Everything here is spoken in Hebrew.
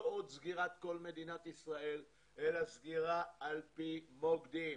לא עוד סגירת כול מדינת ישראל אלא סגירה על-פי מוקדים.